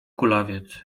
kulawiec